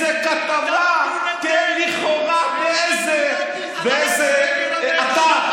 איזה כתבה, לכאורה, באיזה אתר.